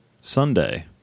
Sunday